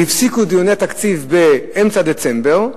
והפסיקו את דיוני התקציב באמצע דצמבר,